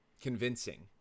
convincing